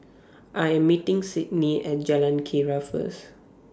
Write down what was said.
I Am meeting Sidney At Jalan Keria First